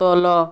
ତଳ